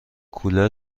کولر